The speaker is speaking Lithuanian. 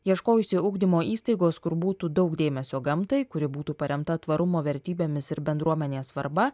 ieškojusi ugdymo įstaigos kur būtų daug dėmesio gamtai kuri būtų paremta tvarumo vertybėmis ir bendruomenės svarba